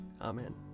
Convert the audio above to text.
Amen